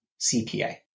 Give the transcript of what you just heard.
CPA